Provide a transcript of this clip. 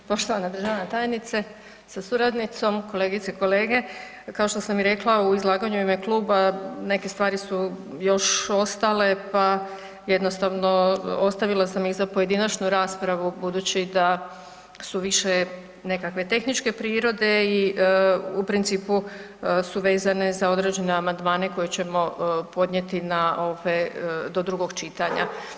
Poštovana državna tajnice sa suradnicom, kolegice i kolege, kao što sam i rekla u izlaganju u ime kluba neke stvari su još ostale pa jednostavno ostavila sam ih za pojedinačnu raspravu budući da su više nekakve tehničke prirode i u principu su vezane za određene amandmane koje ćemo podnijeti na ove do drugog čitanja.